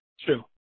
True